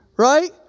Right